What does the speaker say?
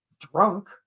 drunk